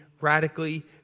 radically